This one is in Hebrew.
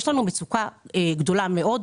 יש לנו מצוקה גדולה מאוד.